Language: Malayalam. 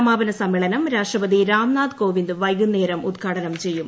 സമാപന സമ്മേളനം രാഷ്ട്രപതി രാംനാഥ് കോവിന്ദ് വൈകുന്നേരം ഉദ്ഘാടനം ചെയ്യും